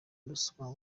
ruswa